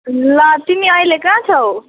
ल तिमी अहिले कहाँ छौ